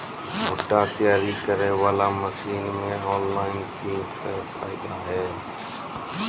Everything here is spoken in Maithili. भुट्टा तैयारी करें बाला मसीन मे ऑनलाइन किंग थे फायदा हे?